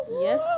Yes